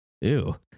Ew